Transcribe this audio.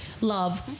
love